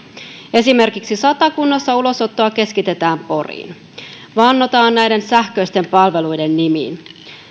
esimerkiksi satakunnassa ulosottoa keskitetään poriin vannotaan näiden sähköisten palveluiden nimiin